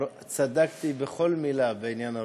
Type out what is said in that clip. צדקתי בכל מילה בעניין הרובוט.